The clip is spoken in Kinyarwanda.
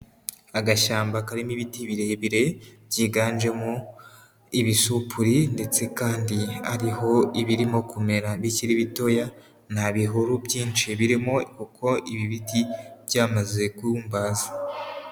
Agashyamba karimo ibiti birebire byiganjemo ibisupuri ndetse kandi ariho ibirimo kumera bikiri bitoya, nta bihuru byinshi birimo kuko ibi biti byamaze kurumbaza.